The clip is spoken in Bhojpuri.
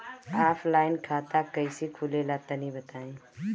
ऑफलाइन खाता कइसे खुलेला तनि बताईं?